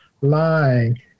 lying